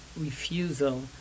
refusal